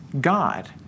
God